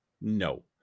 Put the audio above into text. no